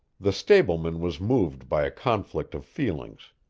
the stableman was moved by a conflict of feelings.